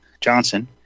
Johnson